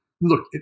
Look